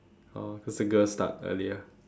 oh cause the girl start earlier